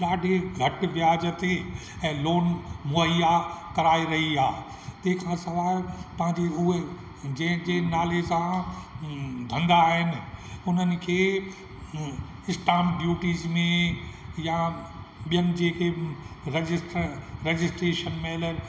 ॾाढे घटि व्याज ते ऐं लोन मुहईया कराए रही आहे तंहिं खां सवाइ पंहिंजे उहे जंहिं जे नाले सां धंधा आहिनि उन्हनि खे स्टाम ड्यूटीस में यां ॿियनि जेके रजिस्टर रजिस्टरेशन महिल